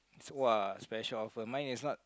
[wah] special offer mine is not